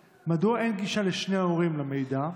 2. מדוע אין גישה לשני ההורים למידע?